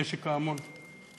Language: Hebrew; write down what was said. נשק ההמון.